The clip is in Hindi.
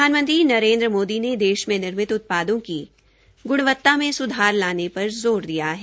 प्रधानमंत्री नरेन्द्र मोदी ने देश में निर्मित उत्पादों की ग्णवत्ता में स्धार लाने पर ज़ोर दिया है